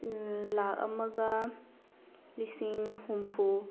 ꯂꯥꯈ ꯑꯃꯒ ꯂꯤꯁꯤꯡ ꯍꯨꯝꯐꯨ